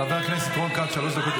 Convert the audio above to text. חבר הכנסת רון כץ, שלוש דקות לרשותך.